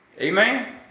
Amen